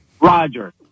Roger